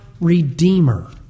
Redeemer